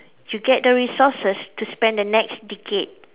you get the resources to spend the next decade